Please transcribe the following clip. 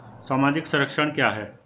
सामाजिक संरक्षण क्या है?